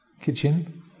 kitchen